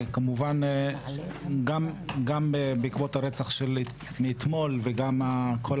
גם בעקבות הרצח מאתמול וגם בעקבות כל